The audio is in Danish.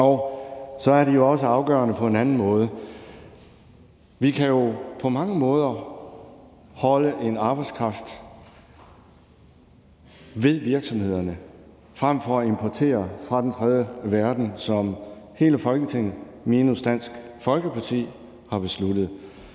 og så er de også afgørende på en anden måde. Vi kan jo på mange måder beholde en arbejdskraft ved virksomhederne frem for at importere fra den tredje verden, som hele Folketinget minus Dansk Folkeparti har besluttet.